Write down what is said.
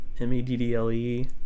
m-e-d-d-l-e